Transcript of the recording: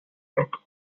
rock